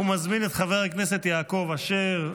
אני מזמין את חבר הכנסת יעקב אשר,